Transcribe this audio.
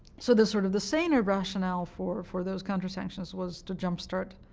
so the sort of the saner rationale for for those countersanctions was to jumpstart